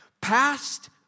Past